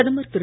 பிரதமர் திரு